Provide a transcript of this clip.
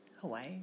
Hawaii